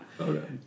Okay